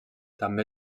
també